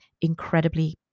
incredibly